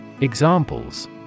Examples